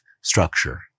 structure